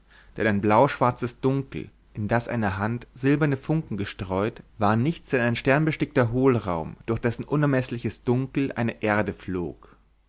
denn ein blauschwarzes dunkel in das eine hand silberne funken gestreut war nichts denn ein sternenbestickter hohlraum durch dessen unermeßliches dunkel eine erde flog